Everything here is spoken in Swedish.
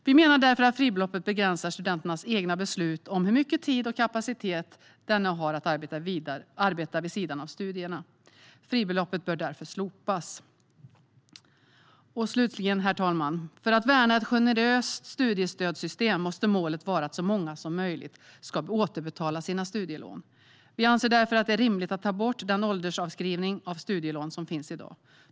Vi menar därför att fribeloppet begränsar studentens egna beslut om hur mycket tid och kapacitet denne har att arbeta vid sidan av studierna. Fribeloppet bör därför slopas. Herr talman! För att värna ett generöst studiestödssystem måste målet vara att så många som möjligt ska återbetala sina studielån. Vi anser därför att det är rimligt att ta bort den åldersavskrivning av studielån som finns i dag.